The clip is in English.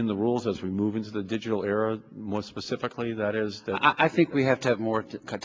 in the rules as we move into the digital era or more specifically that is i think we have to have more